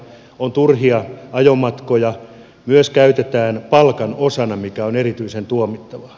on turhia ajomatkoja myös käytetään palkan osana mikä on erityisen tuomittavaa